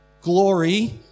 glory